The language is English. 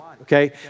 okay